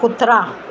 कुत्रा